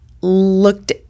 looked